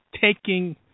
taking